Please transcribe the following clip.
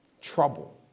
trouble